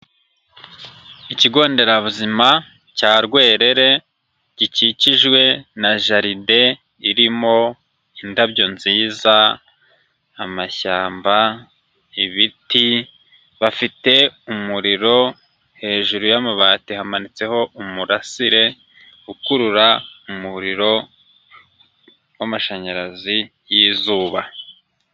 ikigo nderabuzima cya Rwerere gikikijwe na jaride irimo indabyo nziza, amashyamba, ibiti, bafite umuriro hejuru y'amabati amanitseho umurasire ukurura umuriro w'amashanyarazi y'izuba.